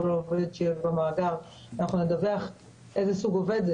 עובד שיהיה במאגר נוכל לדווח איזה סוג עובד הוא,